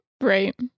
Right